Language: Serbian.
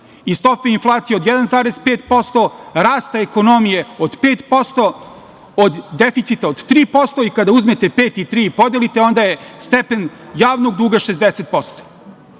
i stopa inflacije od 1,5% rasta ekonomije od 5% od deficita od 3% i kada uzmete 5% i 3% podelite onda je stepen javnog duga 60%.